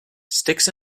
sticks